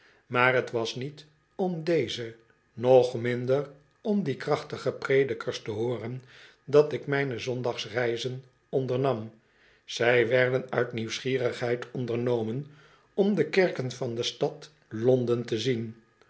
maar t was niet om deze nog minder om die krachtige predikers te hooren dat ik mijne zondagsreizen ondernam zij werden uit nieuwsgierigheid ondernomen om de kerken van de stad londen te zien